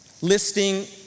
listing